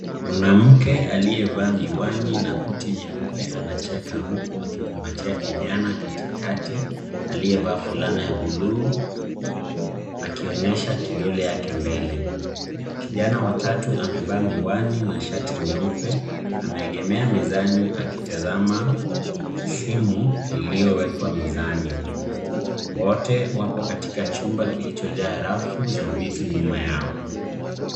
Mwanamke aliyevaa miwani na koti nyeupe anacheka huku akikumbatia kijana katikati aliyevaa fulana ya buluu akionyesha kidole yake mbele. Kijana wa tatu amevaa miwani na shati nyeupe ameegemea mezani akitazama simu iliyowekwa mezani. Wote wako katika chumba kilichojaa rafu za vitu nyuma yao.